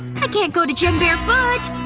i can't go to gym barefoot.